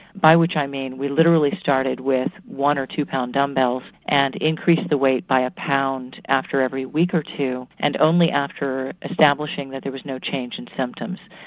by which i mean we literally started with one or two pound dumbbells, and increased the weight by a pound after every week or two, and only after establishing that there was no change in symptoms.